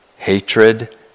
Hatred